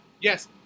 Yes